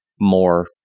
more